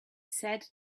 said